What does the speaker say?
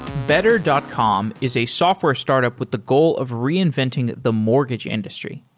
better dot com is a software startup with the goal of reinventing the mortgage industry.